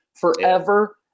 forever